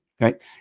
right